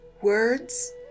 words